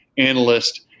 analyst